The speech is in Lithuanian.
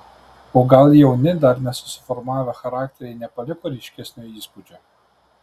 o gal jauni dar nesusiformavę charakteriai nepaliko ryškesnio įspūdžio